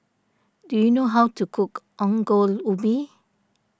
do you know how to cook Ongol Ubi